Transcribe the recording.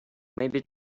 maybe